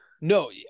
No